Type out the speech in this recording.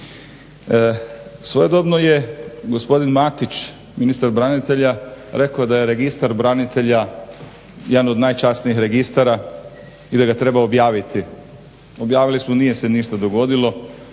Svojedobno je gospodin Matić ministar branitelja rekao da je Registar branitelja jedan od najčasnijih registara i da ga treba objaviti. Objavili su ga nije se ništa dogodilo.